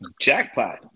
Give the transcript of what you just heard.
jackpot